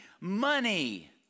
money